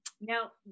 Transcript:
now